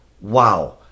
wow